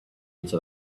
into